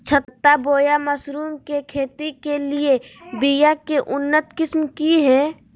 छत्ता बोया मशरूम के खेती के लिए बिया के उन्नत किस्म की हैं?